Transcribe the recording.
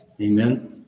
Amen